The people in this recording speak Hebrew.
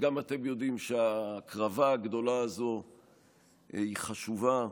שגם אתם יודעים שההקרבה הגדולה הזו היא חשובה.